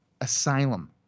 Asylum